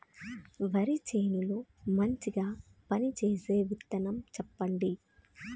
వరి చేను లో మంచిగా పనిచేసే విత్తనం చెప్పండి?